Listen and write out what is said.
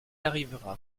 arrivera